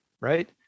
Right